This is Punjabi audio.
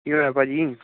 ਕੀ ਹੋਇਆ ਭਾਅ ਜੀ